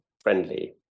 friendly